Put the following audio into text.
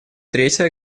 третье